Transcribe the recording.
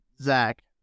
Zach